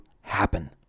happen